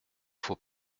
faut